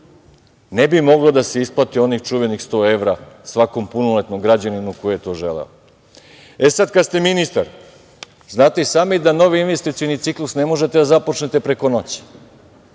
ne bi moglo da se isplati onih čuvenih 100 evra svakom punoletnom građaninu koji je to želeo. Sad kad ste ministar, znate i sami da novi investicioni ciklus ne možete da započnete preko noći.